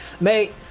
mate